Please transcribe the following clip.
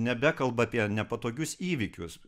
nebekalba apie nepatogius įvykius